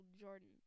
Jordan